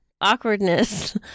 awkwardness